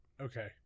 okay